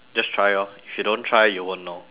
just try lor if you don't try you won't know